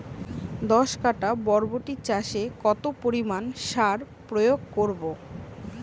দশ কাঠা বরবটি চাষে কত পরিমাণ সার প্রয়োগ করব?